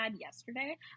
yesterday